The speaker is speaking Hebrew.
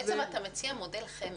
נשמע את שי